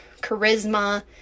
charisma